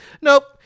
Nope